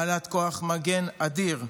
בעלת כוח מגן אדיר.